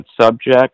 subject